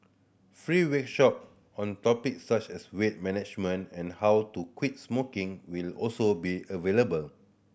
free week workshop on topics such as weight management and how to quit smoking will also be available